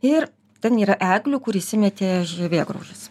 ir ten yra eglių kur įsimetė žievėgraužis